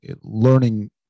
learning